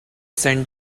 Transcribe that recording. san